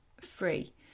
free